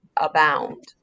abound